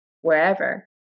wherever